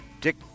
Dick